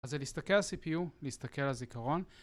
אז זה להסתכל על CPU, להסתכל על הזיכרון